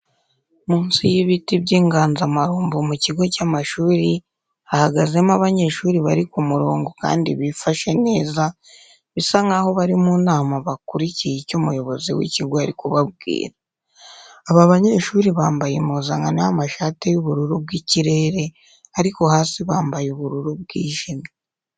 Munsi y'ibiti by'inganzamarumbo mu kigo cy'amashuri hahagazemo abanyeshuri bari ku murongo kandi bifashe neza bisa nkaho bari mu nama bakurikiye icyo umuyobozi w'ikigo ari kubabwira. Aba banyeshuri bambaye impuzankano y'amashati y'ubururu bw'ikirere ariko hasi bambaye ubururu bwijimye.